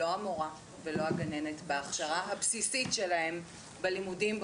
לא המורה ולא הגננת בהכשרה הבסיסית שלהן בלימודים,